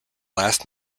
last